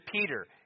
Peter